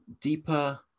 deeper